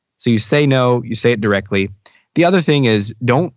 so you say no, you say it directly the other thing is don't